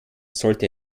sollte